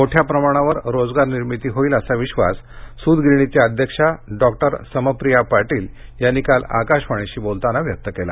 मोठ्या प्रमाणावर रोजगार निर्मिती होईल असा विश्वास सुत गिरणीच्या अध्यक्षा डॉक्टर समप्रिया पाटील यांनी काल आकाशवाणीशी बोलताना व्यक्त केला